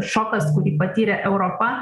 šokas kurį patyrė europa